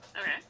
Okay